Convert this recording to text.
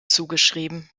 zugeschrieben